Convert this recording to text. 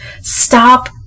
Stop